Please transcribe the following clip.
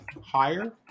higher